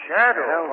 Shadow